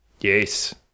yes